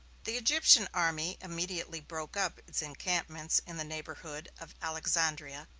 the egyptian army immediately broke up its encampments in the neighborhood of alexandria,